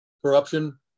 corruption